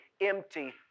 empty